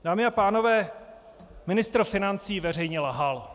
Dámy a pánové, ministr financí veřejně lhal.